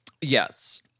Yes